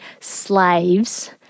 slaves